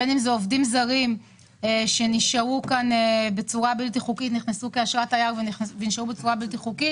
עובדים זרים שנכנסו בעזרת אשרת תייר ונשארו כאן בצורה בלתי-חוקית